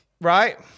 Right